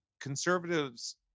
Conservatives